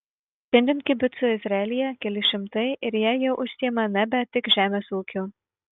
šiandien kibucų izraelyje keli šimtai ir jie jau užsiima nebe tik žemės ūkiu